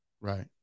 Right